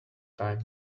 time